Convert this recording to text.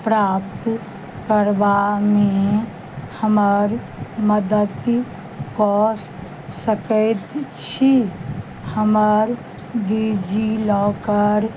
प्राप्त करबामे हमर मदति कऽ सकैत छी हमर डिजिलॉकर